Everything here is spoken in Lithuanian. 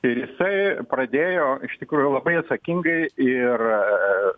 ir jisai pradėjo iš tikrųjų labai atsakingai ir